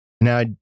Now